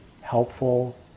helpful